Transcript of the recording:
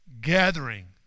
gathering